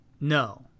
No